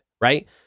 right